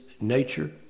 nature